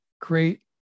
great